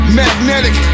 magnetic